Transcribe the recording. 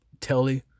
telly